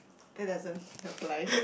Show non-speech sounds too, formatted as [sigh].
that doesn't [breath] apply